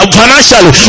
financially